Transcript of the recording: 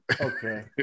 Okay